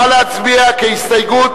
נא להצביע כהסתייגות.